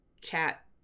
chat